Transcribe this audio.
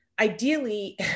ideally